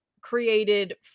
created